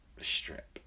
strip